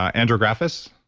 ah andrographis?